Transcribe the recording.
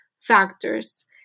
factors